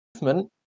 Movement